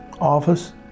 office